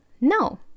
no